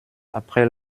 après